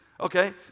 Okay